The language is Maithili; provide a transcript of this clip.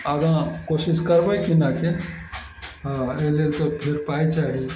आगा कोशिश करबय किनयके अइ लेल तऽ फेर पाइ चाही